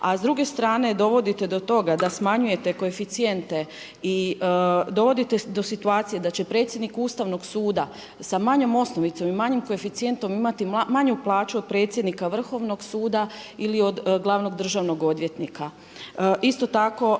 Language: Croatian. a s druge strane dovoditi do toga da smanjujete koeficijente i dovodite do situacije da će predsjednik Ustavnog suda sa manjom osnovicom i manjim koeficijentom imati manju plaću od predsjednika Vrhovnog suda ili glavnog državnog odvjetnika.